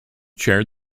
chaired